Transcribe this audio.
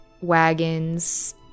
wagons